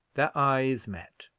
their eyes met.